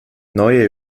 neue